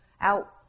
out